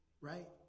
right